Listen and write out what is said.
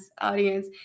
audience